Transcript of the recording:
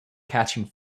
catching